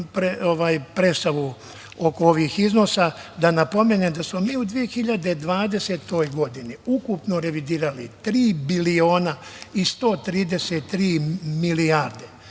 predstavu oko ovih iznosa da napomenem da smo mi u 2020. godini ukupno revidirali tri biliona i 133 milijarde